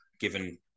given